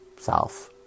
self